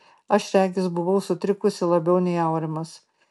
aš regis buvau sutrikusi labiau nei aurimas